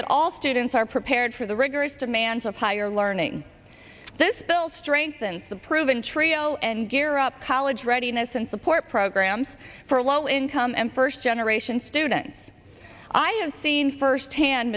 that all students are prepared for the rigorous demands of higher learning this bill strengthen the proven trio and gear up college readiness and support programs for low income and first generation students i have seen first hand